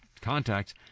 contacts